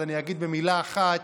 אז אני אגיד במילה אחת.